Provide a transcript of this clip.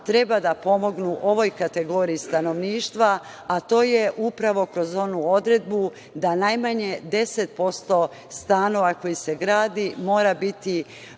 treba da pomognu ovoj kategoriji stanovništva, a to je upravo kroz onu odredbu da najmanje 10% stanova koji se grade mora biti